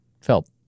felt